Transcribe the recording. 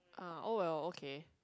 ah oh well okay